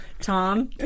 Tom